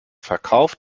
verkauf